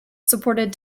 supported